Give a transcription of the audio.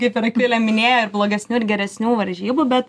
kaip ir akvilė minėjo ir blogesnių ir geresnių varžybų bet